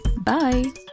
bye